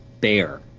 bear